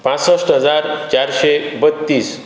पासश्ठ हजार चारशें बत्तीस